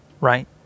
right